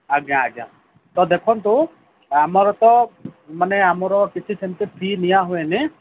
ଆଜ୍ଞା ଆଜ୍ଞା ତ ଦେଖନ୍ତୁ ଆମର ତ ମାନେ ଆମର କିଛି ସେମିତି ଫି ନିଆ ହୁଏନି